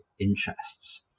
interests